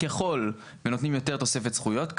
ככל ונותנים יותר תוספת זכויות,